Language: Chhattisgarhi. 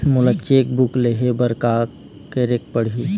मोला चेक बुक लेहे बर का केरेक पढ़ही?